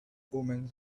omens